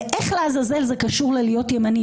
ואיך לעזאזל זה קשור ללהיות ימני.